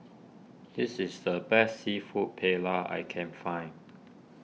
this is the best Seafood Paella I can find